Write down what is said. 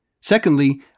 Secondly